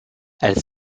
elle